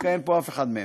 דווקא אין פה אף אחד מהם,